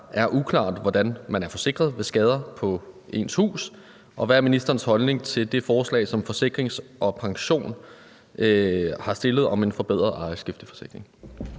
er uklart, hvordan de er forsikrede ved skader på deres hus, og hvad er ministerens holdning til Forsikring & Pensions forslag til en forbedret ejerskifteforsikring?